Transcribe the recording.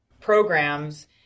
programs